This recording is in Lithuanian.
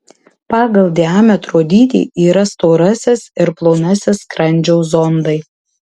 pagal diametro dydį yra storasis ir plonasis skrandžio zondai